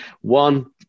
one